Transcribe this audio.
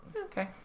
Okay